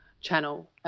channel